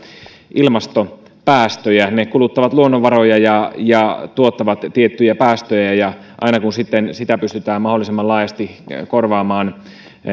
ilmastopäästöjä ne kuluttavat luonnonvaroja ja ja tuottavat tiettyjä päästöjä aina kun niitä pystytään mahdollisimman laajasti korvaamaan